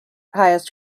highest